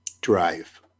drive